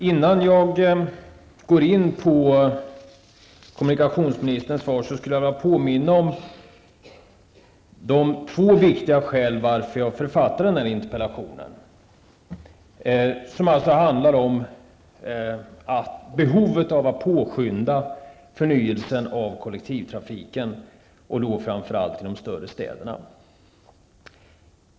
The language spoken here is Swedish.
Innan jag går in på svaret skulle jag vilja påminna om två viktiga skäl till att jag författat denna interpellation, som alltså handlar om att påskynda förnyelsen av kollektivtrafiken, framför allt i de större städerna.